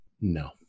No